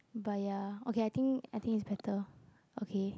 but ya okay I think I think is better okay